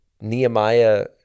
Nehemiah